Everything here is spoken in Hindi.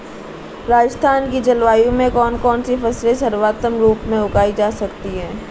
राजस्थान की जलवायु में कौन कौनसी फसलें सर्वोत्तम रूप से उगाई जा सकती हैं?